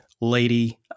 lady